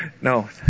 no